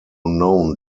known